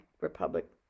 Republic